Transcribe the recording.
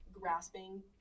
grasping